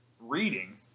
reading